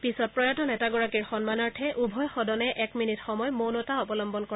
পিছত প্ৰয়াত নেতাগৰাকীৰ সন্মানৰ্থে উভয় সদনে এক মিনিট সময় মৌনতা অৱলম্বন কৰে